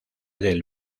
del